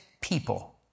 people